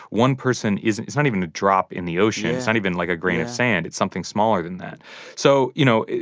one person isn't it's not even a drop in the ocean. it's not even like a grain of sand. it's something smaller than that so you know,